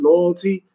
Loyalty